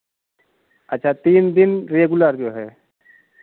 अच्छा तीन दिन रेगुलर जो है